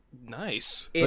nice